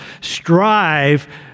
strive